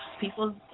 People